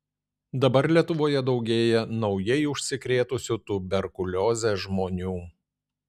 dabar lietuvoje daugėja naujai užsikrėtusių tuberkulioze žmonių